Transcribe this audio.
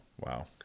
Wow